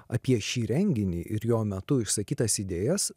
apie šį renginį ir jo metu išsakytas idėjas